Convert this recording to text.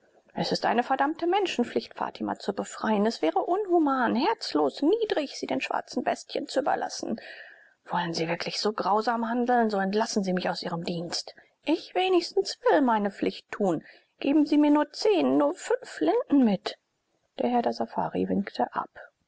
es ist verdammte menschenpflicht fatima zu befreien es wäre unhuman herzlos niedrig sie den schwarzen bestien zu überlassen wollen sie wirklich so grausam handeln so entlassen sie mich aus ihrem dienst ich wenigstens will meine pflicht tun geben sie mir nur zehn nur fünf flinten mit der herr der safari winkte ab